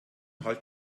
halt